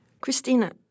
Christina